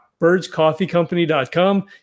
birdscoffeecompany.com